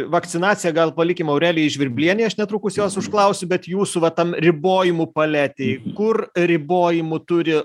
vakcinaciją gal palikim aurelijai žvirblienei aš netrukus jos užklausiu bet jūsų va tam ribojimų paletėj kur ribojimų turi